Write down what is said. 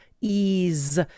ease